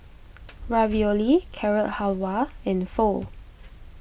Ravioli Carrot Halwa and Pho